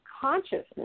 consciousness